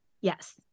Yes